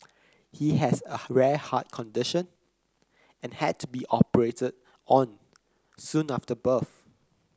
he has a rare heart condition and had to be operated on soon after birth